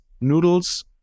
noodles